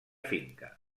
finca